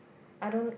I don't